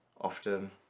often